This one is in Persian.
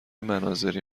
مناظری